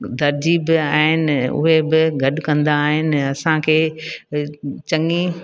दर्जी बि आहिनि उहे बि गॾु कंदा आहिनि असांखे चङी